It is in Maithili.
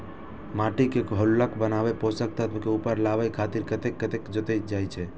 माटि के हल्लुक बनाबै, पोषक तत्व के ऊपर लाबै खातिर खेतक जोताइ कैल जाइ छै